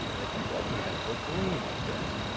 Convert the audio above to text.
that you ought to have your brain looked at.